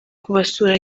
kubasura